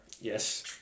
Yes